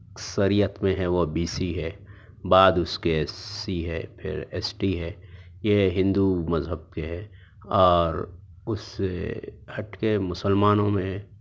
اکثریت میں ہے وہ بی سی ہے بعد اس کے ایس سی ہے پھر ایس ٹی ہے یہ ہندو مذہب کے ہے اور اس سے ہٹ کے مسلمانوں میں